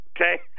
Okay